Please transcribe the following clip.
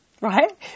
right